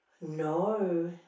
No